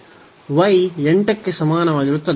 y 8 ಕ್ಕೆ ಸಮಾನವಾಗಿರುತ್ತದೆ